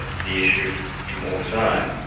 the issue from all sides,